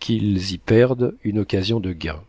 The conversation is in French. qu'ils y perdent une occasion de gain